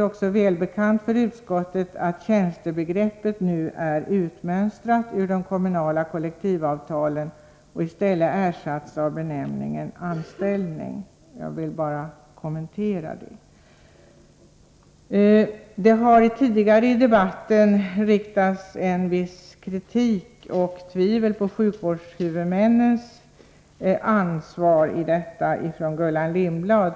också säkert bekant för utskottet att tjänstebegreppet nu är utmönstrat ur de kommunala kollektivavtalen och i stället har ersatts av begreppet anställning. Jag vill bara nämna detta förhållande. Tidigare i debatten har Gullan Lindblad riktat viss kritik mot och tvivel på sjukvårdshuvudmännens ansvar i detta sammanhang.